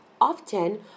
Often